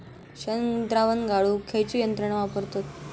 शेणद्रावण गाळूक खयची यंत्रणा वापरतत?